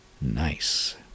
nice